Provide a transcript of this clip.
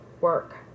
work